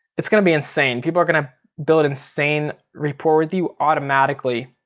it's gonna be insane. people are gonna build insane rapport with you automatically.